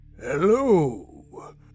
Hello